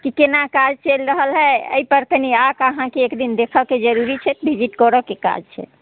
कि कोना काज चलि रहल हइ एहिपर कनि अहाँके आके देखऽके जरूरी छै विजिट करऽके काज छै